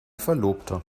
verlobter